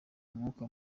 umwuka